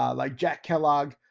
ah like jack kellogg,